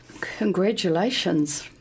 Congratulations